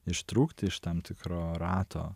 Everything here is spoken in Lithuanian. ištrūkti iš tam tikro rato